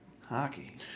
hockey